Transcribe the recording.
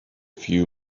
few